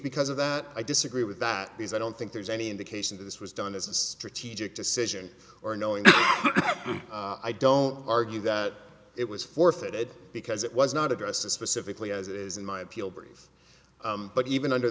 because of that i disagree with that because i don't think there's any indication that this was done as a strategic decision or knowing that i don't argue that it was forfeited because it was not addressed as specifically as it is in my appeal brief but even under